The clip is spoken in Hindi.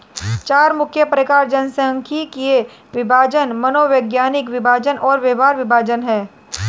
चार मुख्य प्रकार जनसांख्यिकीय विभाजन, मनोवैज्ञानिक विभाजन और व्यवहार विभाजन हैं